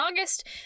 August